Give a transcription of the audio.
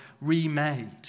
remade